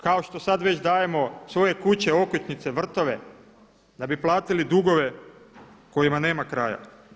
Kao što sad već dajemo svoje kuće, okućnice, vrtove da bi platili dugove kojima nema kraja.